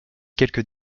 quelques